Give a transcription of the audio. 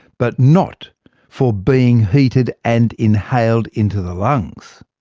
but not for being heated and inhaled into the lungs.